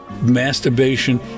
masturbation